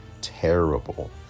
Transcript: terrible